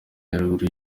nyaruguru